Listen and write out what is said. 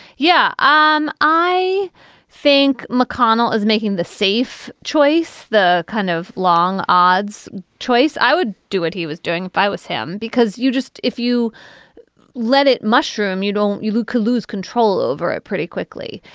yeah, um i think mcconnell is making the safe choice, the kind of long odds choice. i would do it. he was doing if i was him, because you just if you let it mushroom, you don't. you could lose control over it pretty quickly.